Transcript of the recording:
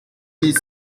bis